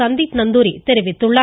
சந்தீப் நந்தூரி தெரிவித்துள்ளார்